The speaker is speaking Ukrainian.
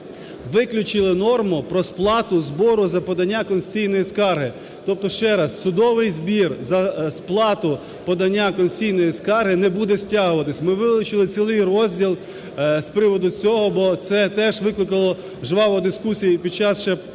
виключили норму про сплату збору за подання конституційної скарги. Тобто ще раз, судовий збір за сплату подання конституційної скарги не буде стягуватися. Ми вилучили цілий розділ з приводу цього, бо це теж викликало жваву дискусію під час ще попереднього